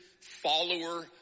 follower